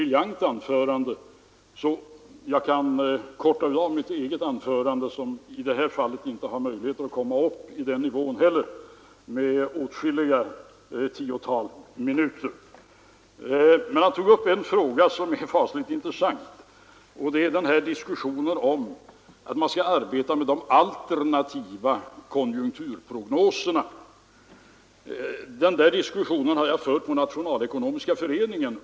Industrins leveranser — jag gick igenom detta för ett par dagar sedan — ligger på exportsidan 40 procent högre, räknat visserligen i löpande priser, än för ett år sedan. Orderingången ligger 24 procent högre och orderstocken 60 procent högre än i januari 1973.